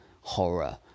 horror